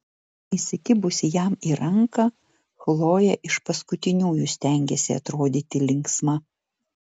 įsikibusi jam į ranką chlojė iš paskutiniųjų stengėsi atrodyti linksma